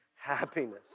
happiness